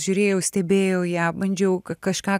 žiūrėjau stebėjau ją bandžiau kažką